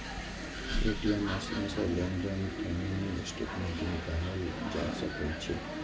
ATM machine सं लेनदेन के मिनी स्टेटमेंट निकालल जा सकै छै